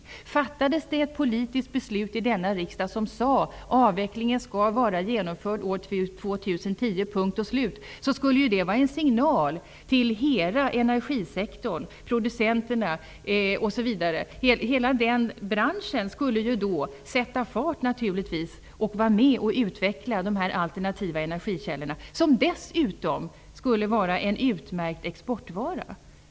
Om det skulle fattas ett politiskt beslut i denna riksdag med innebörden att avvecklingen skall vara genomförd år 2010 punkt slut, skulle det vara en signal till hela energisektorn. Producenterna och övriga delar av den branschen skulle naturligtvis sätta fart och vara med och utveckla de alternativa energikällorna som dessutom skulle utgöra en utmärkt exportvara.